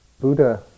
Buddha